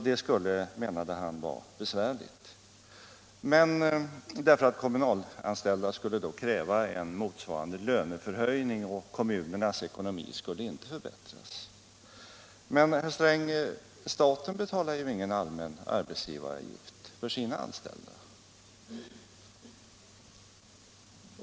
Det skulle vara besvärligt, menade han, därför att de kommunalanställda skulle då kräva en motsvarande löneförhöjning och komunernas ekonomi skulle inte förbättras. Men, herr Sträng, staten betalar ju ingen allmän arbetsgivaravgift för sina anställda.